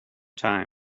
time